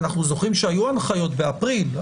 אנחנו זוכרים שהיו הנחיות באפריל.